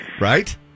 Right